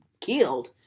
killed